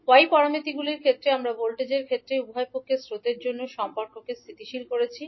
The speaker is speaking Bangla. y প্যারামিটারগুলির ক্ষেত্রে আমরা ভোল্টেজের ক্ষেত্রে উভয় পক্ষের স্রোতের জন্য সম্পর্ককে স্থিতিশীল করি